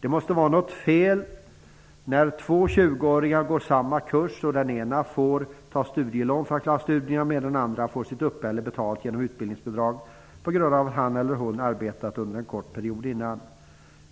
Det måste vara något fel när två 20 åringar går på samma kurs och den ena får ta studielån för att klara studierna, medan den andra får sitt uppehälle betalt genom utbildningsbidrag på grund av att han eller hon arbetat under en kort period innan.